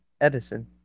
Edison